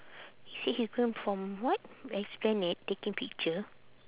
he said he going from what esplanade taking picture